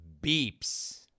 beeps